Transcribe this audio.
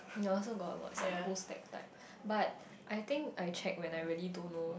ya I also got a lot it's like the whole stack like but I think I check when I really don't know